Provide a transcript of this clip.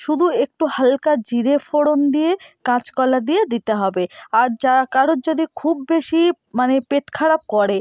শুধু একটু হালকা জিরে ফোড়ন দিয়ে কাঁচকলা দিয়ে দিতে হবে আর যারা কারোর যদি খুব বেশি মানে পেট খারাপ করে